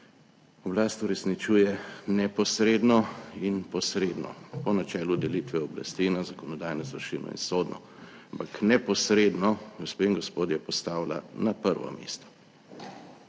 »oblast uresničuje neposredno in posredno po načelu delitve oblasti na zakonodajno, izvršilno in sodno«, ampak neposredno, gospe in gospodje, postavlja na prvo mesto.